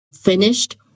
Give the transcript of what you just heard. finished